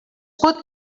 pot